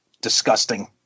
disgusting